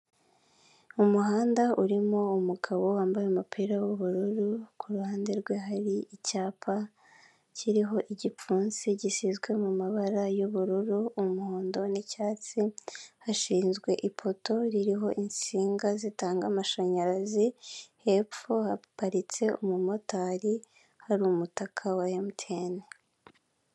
Umuhanda urimo umugabo wambaye umupira w'ubururu ku ruhande rwe hari icyapa kiriho igipfunsi gisizwe mu mabara y'ubururu, umuhondo n'icyatsi, hashinzwe ifoto ririho insinga zitanga amashanyarazi hepfo haparitse umumotari hari umutaka wa emutiyene.